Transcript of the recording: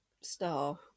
Star